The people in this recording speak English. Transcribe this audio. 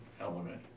element